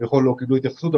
כביכול לא קיבלו התייחסות,